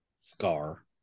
scar